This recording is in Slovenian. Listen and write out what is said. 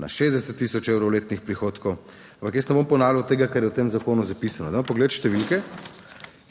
na 60 tisoč evrov letnih prihodkov, ampak jaz ne bom ponavljal tega, kar je v tem zakonu zapisano. Dajmo pogledati številke,